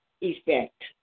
effect